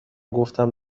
گفتم